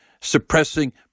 suppressing